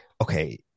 Okay